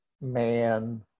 man